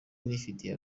nifitiye